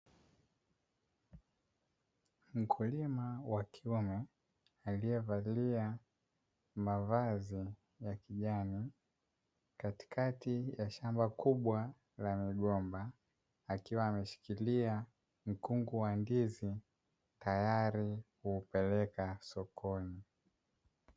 Mkulima wa kilimo aliyevalia mavazi ya kijani katikati ya shamba kubwa la migomba, akiwa ameshikilia mkungu wa ndizi tayari kuupeleka sokoni.